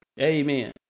Amen